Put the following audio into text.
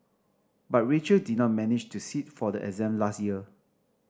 but Rachel did not manage to sit for the exam last year